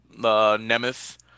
Nemeth